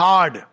Hard